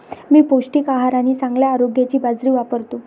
मी पौष्टिक आहार आणि चांगल्या आरोग्यासाठी बाजरी वापरतो